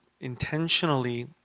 intentionally